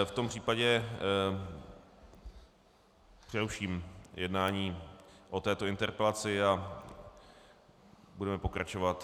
V tom případě přeruším jednání o této interpelaci a budeme pokračovat.